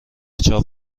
چاپ